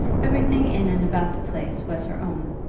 everything in and about the place was her own,